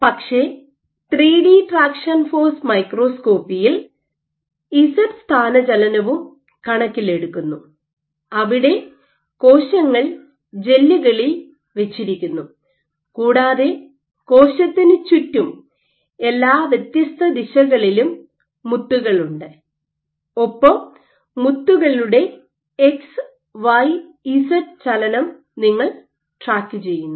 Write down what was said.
പക്ഷേ 3 D traction force മൈക്രോസ്കോപ്പിയിൽ Z സ്ഥാനചലനവും കണക്കിലെടുക്കുന്നു അവിടെ കോശങ്ങൾ ജെല്ലുകളിൽ വച്ചിരിക്കുന്നു കൂടാതെ കോശത്തിന് ചുറ്റും എല്ലാ വ്യത്യസ്ത ദിശകളിലും മുത്തുകളുണ്ട് ഒപ്പം മുത്തുകളുടെ X Y Z X Y Z ചലനം നിങ്ങൾ ട്രാക്കുചെയ്യുന്നു